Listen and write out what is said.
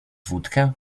wódkę